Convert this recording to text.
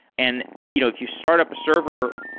and you know if you start up a server,